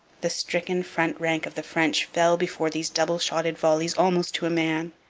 the stricken front rank of the french fell before these double-shotted volleys almost to a man.